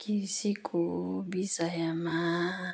कसैको विषयमा